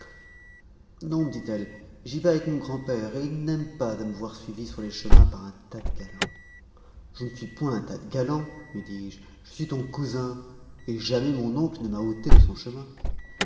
me dit-elle j'y vas avec mon grand-père et il n'aime pas à me voir suivie sur les chemins par un tas de galants je ne suis point un tas de galants lui dis-je je suis ton cousin et jamais mon oncle ne m'a ôté de son chemin